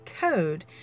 code